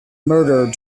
murder